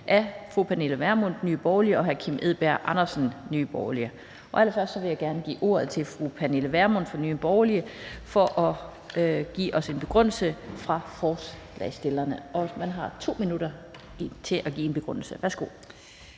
(Fremsættelse 04.10.2023). Kl. 12:43 Den fg. formand (Annette Lind): Allerførst vil jeg gerne give ordet til fru Pernille Vermund fra Nye Borgerlige for at give os en begrundelse fra forslagsstillerne. Man har 2 minutter til at give en begrundelse. Værsgo.